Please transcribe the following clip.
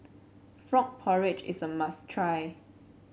Frog Porridge is a must try